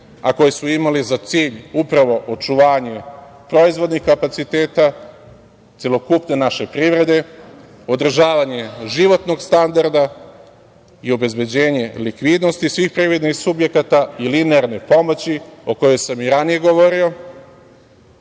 a koje su imali za cilj upravo očuvanje proizvodnih kapaciteta, celokupne naše privrede, održavanje životnog standarda i obezbeđenje likvidnosti svih privrednih subjekata i linearne pomoći o kojoj sam i ranije govorio